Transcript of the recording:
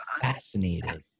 fascinated